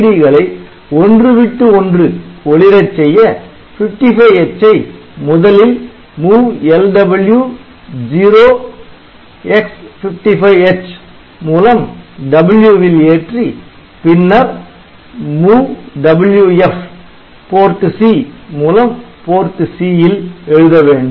LED களை ஒன்று விட்டு ஒன்று ஒளிரச் செய்ய 55H ஐ முதலில் MOVLW 0x55H மூலம் 'W' வில் ஏற்றி பின்னர் MOVWF PORT C மூலம் PORT C ல் எழுத வேண்டும்